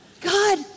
God